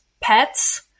pets